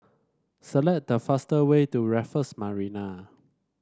select the fast way to Raffles Marina